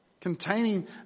containing